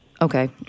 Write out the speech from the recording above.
Okay